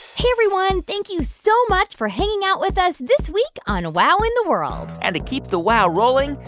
hey, everyone. thank you so much for hanging out with us this week on wow in the world and to keep the wow rolling,